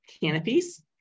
canopies